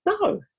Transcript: no